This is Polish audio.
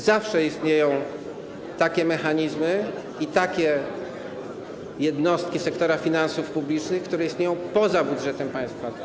Zawsze istnieją takie mechanizmy i takie jednostki sektora finansów publicznych, które istnieją poza budżetem państwa.